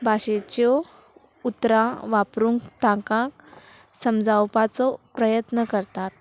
भाशेच्यो उतरां वापरूंक ताका समजावपाचो प्रयत्न करतात